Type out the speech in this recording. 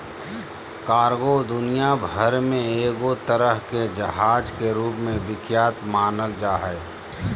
cargo दुनिया भर मे एगो तरह के जहाज के रूप मे विख्यात मानल जा हय